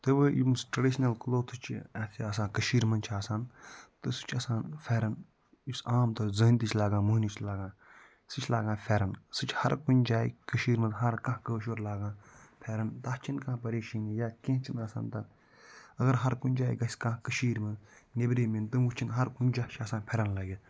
تہٕ وٕ یِم ٹریڈِشنَل کُلوتھٕس چھِ اَسہِ چھِ آسان کٔشیٖرِ منٛز چھِ آسان تہٕ سُہ چھِ آسان پھٮ۪رَن یُس عام طور زٔنۍ تہِ چھِ لاگان مہنیوٗ تہِ چھِ لاگان سُہ چھِ لاگان پھٮ۪رَن سُہ چھِ ہر کُنہِ جایہِ کٔشیٖرِ منٛز ہر کانٛہہ کٲشُر لاگان پھٮ۪رَن تَتھ چھِنہٕ کانٛہہ پریشٲنی یا کیٚنہہ چھِنہٕ گژھان تَتھ اگر ہر کُنہِ جایہِ گژھِ کانٛہہ کٔشیٖرِ منٛز نیبرِم یِن تِم وُچھَن ہر کُنہِ جایہِ چھِ آسان پھٮ۪رَن لٲگِتھ